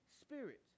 spirit